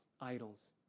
idols